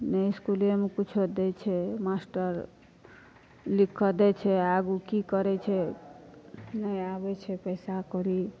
नहि इसकुलोमे किच्छो दै छै मास्टर लिखके दै छै आगूँ की करै छै नहि आबै छै पैसा कौड़ी